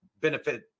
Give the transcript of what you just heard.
benefit